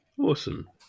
Awesome